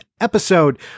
episode